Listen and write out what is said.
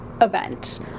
event